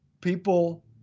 People